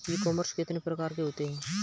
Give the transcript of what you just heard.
ई commerce कितने प्रकार के होते हैं?